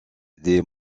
des